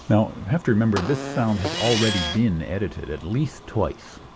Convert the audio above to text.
so have to remember this sound has already been edited at least twice.